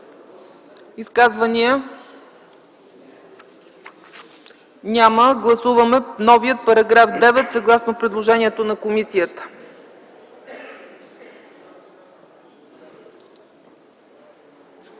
изказвания? Няма. Гласуваме новия § 9, съгласно предложението на комисията.